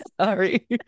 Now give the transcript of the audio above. Sorry